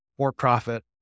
for-profit